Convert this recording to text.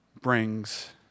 brings